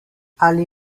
ali